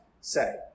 say